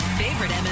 favorite